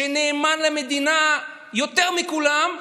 שנאמן למדינה יותר מכולם,